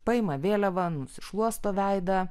paima vėliava nusišluosto veidą